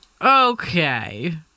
Okay